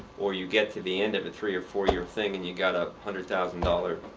or you get to the end of the three or four year thing and you got a hundred thousand dollar.